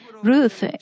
Ruth